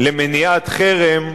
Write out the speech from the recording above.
למניעת חרם,